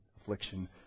affliction